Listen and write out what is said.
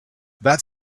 that